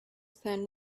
than